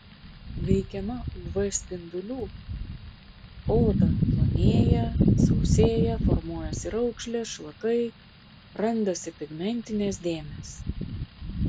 veikiama uv spindulių odą plonėja sausėja formuojasi raukšlės šlakai randasi pigmentinės dėmės